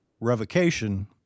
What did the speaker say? revocation